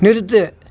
நிறுத்து